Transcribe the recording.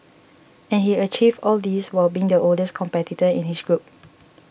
and he achieved all this while being the oldest competitor in his group